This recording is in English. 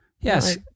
Yes